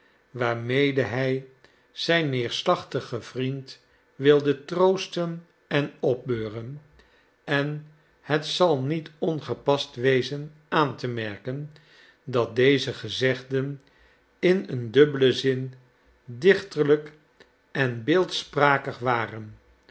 waarmede hij zijn neerslachtigen vriend wildetroosten en opbeuren en het zal niet ongepast wezen aan te merken dat deze gezegden in een dubbelen zin dichterlijk en beeldsprakig waren